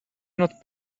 not